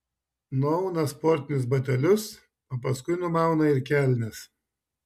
nuauna sportinius batelius o paskui numauna ir kelnes